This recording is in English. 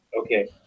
Okay